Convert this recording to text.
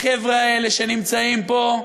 החבר'ה האלה שנמצאים פה,